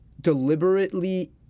deliberately